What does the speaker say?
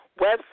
website